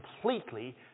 completely